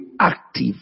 active